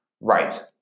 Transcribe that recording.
Right